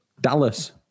Dallas